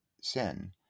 sin